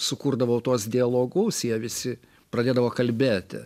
sukurdavau tuos dialogus jie visi pradėdavo kalbėti